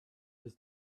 his